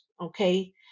okay